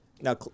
Now